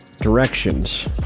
directions